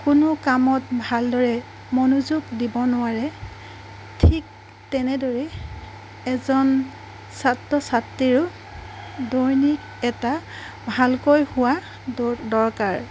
কোনো কামত ভালদৰে মনোযোগ দিব নোৱাৰে ঠিক তেনেদৰে এজন ছাত্ৰ ছাত্ৰীৰো দৈনিক এটা ভলকৈ শুৱা দ দৰকাৰ